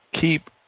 keep